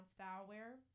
Stylewear